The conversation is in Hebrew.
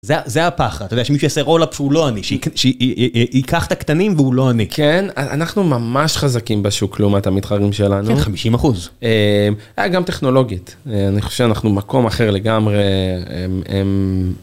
זה הפחד שיש לי 10 עולה פשוט לא אני שיקח את הקטנים והוא לא אני כן אנחנו ממש חזקים בשוק לעומת המתחגים שלנו, 50%, גם טכנולוגית, אני חושב שאנחנו מקום אחר לגמרי.